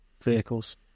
vehicles